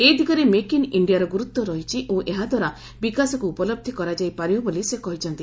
ଏ ଦିଗରେ make in ଇଣ୍ଡିଆର ଗୁରୁତ୍ୱ ରହିଛି ଓ ଏହା ଦ୍ୱାରା ବିକାଶକୁ ଉପଲହି କରାଯାଇ ପାରିବ ବୋଲି ସେ କହିଛନ୍ତି